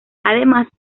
además